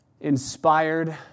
inspired